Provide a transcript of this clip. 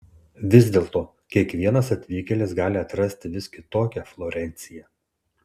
vis dėlto kiekvienas atvykėlis gali atrasti vis kitokią florenciją